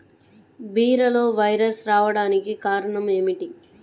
బీరలో వైరస్ రావడానికి కారణం ఏమిటి?